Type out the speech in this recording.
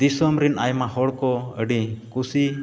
ᱫᱤᱥᱚᱢᱨᱮᱱ ᱟᱭᱢᱟᱦᱚᱲ ᱠᱚ ᱟᱹᱰᱤ ᱠᱩᱥᱤ